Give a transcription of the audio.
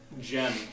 gem